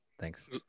Thanks